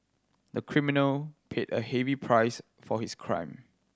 the criminal paid a heavy price for his crime